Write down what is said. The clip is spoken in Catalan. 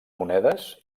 monedes